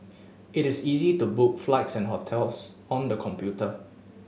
it is easy to book flights and hotels on the computer